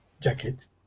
jacket